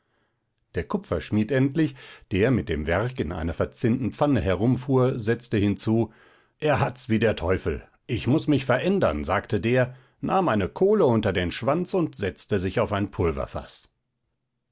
der kupferschmied endlich der mit dem werg in einer verzinnten pfanne herumfuhr setzte hinzu er hat's wie der teufel ich muß mich verändern sagte der nahm eine kohle unter den schwanz und setzte sich auf ein pulverfaß